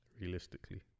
realistically